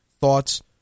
thoughts